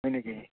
হয় নেকি